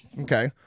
Okay